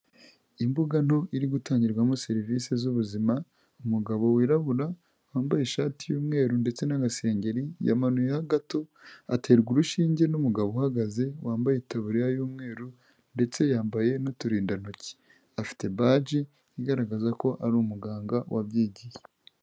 Imbuga nto iri gutangirwamo serivisi z'ubuzima, umugabo wirabura wambaye ishati y'umweru ndetse n'agasengeri, yamanuyeho gato aterwa urushinge n'umugabo uhagaze wambaye itaburiya y'umweru ndetse yambaye n'uturindantoki. Afite baji igaragaza ko ari umuganga wabyigiye.